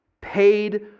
paid